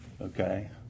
okay